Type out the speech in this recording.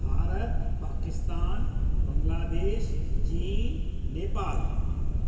भारत पाकिस्तान बंगलादेश चीन नेपाल